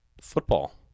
football